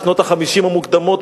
בשנות ה-50 המוקדמות,